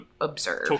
observe